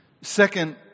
Second